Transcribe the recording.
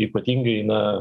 ypatingai na